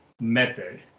method